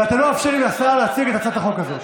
ואתם לא מאפשרים לשר להציג את הצעת החוק הזאת.